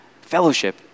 fellowship